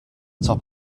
top